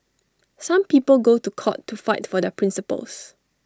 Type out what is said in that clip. some people go to court to fight for their principles